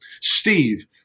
Steve